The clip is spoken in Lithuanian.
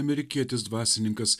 amerikietis dvasininkas